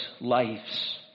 lives